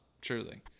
truly